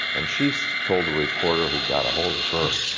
and she so told a reporter who got ahold of her